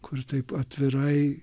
kur taip atvirai